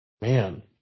man